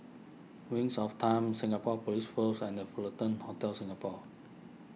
Wings of Time Singapore Police Force and the Fullerton Hotel Singapore